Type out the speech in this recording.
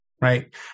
right